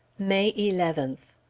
may eleventh.